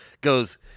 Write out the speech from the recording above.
goes